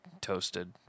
toasted